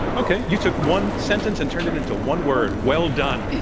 okay. you took one sentence and turned it into one word, well done.